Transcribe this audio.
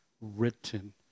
written